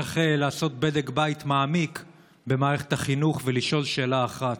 צריך לעשות בדק בית מעמיק במערכת החינוך ולשאול שאלה אחת: